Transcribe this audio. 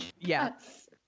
Yes